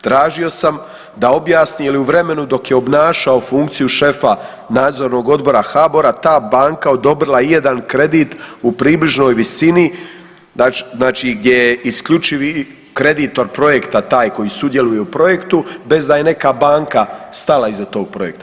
Tražio sam da objasni jel' je u vremenu dok je obnašao funkciju šefa Nadzornog odbora HBOR-a ta banka odobrila i jedan kredit u približnoj visini znači gdje je isključivi kreditor projekta taj koji sudjeluje u projektu bez da je neka banka stala iza tog projekta.